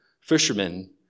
Fishermen